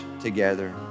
together